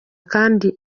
kandi